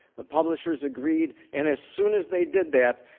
the publishers agreed, and as soon as they did that,